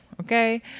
okay